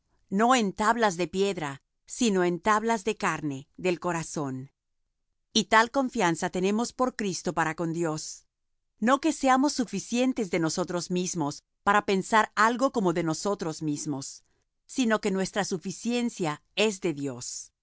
no en tablas de piedra sino en tablas de carne del corazón y tal confianza tenemos por cristo para con dios no que seamos suficientes de nosotros mismos para pensar algo como de nosotros mismos sino que nuestra suficiencia es de dios